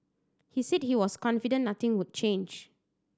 he said he was confident nothing would change